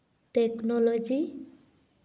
technology